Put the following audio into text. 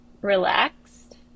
relaxed